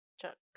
chuck